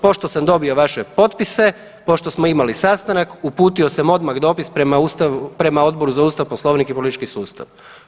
Pošto sam dobio vaše potpise, pošto smo imali sastanak uputio sam odmah dopis prema Odboru za Ustav, Poslovnik i politički sustav.